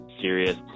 serious